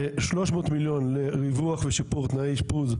300 מיליון לריווח ושיפור תנאי אשפוז,